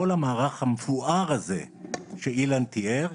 כל המערך המפואר הזה שאילן תיאר,